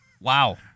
Wow